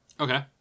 Okay